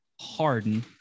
Harden